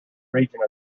region